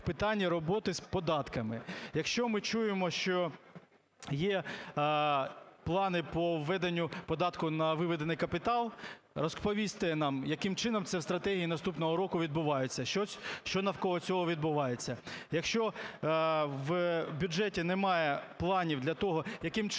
в питанні роботи з податками. Якщо ми чуємо, що є плани по введенню податку на виведений капітал, розповісти нам, яким чином ця стратегія наступного року відбувається, що навколо цього відбувається. Якщо в бюджеті немає планів для того, яким чином